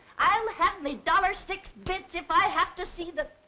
i'll have my dollar six bits if i have to see the.